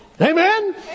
Amen